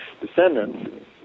descendants